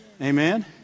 Amen